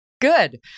Good